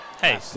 Hey